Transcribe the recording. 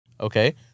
Okay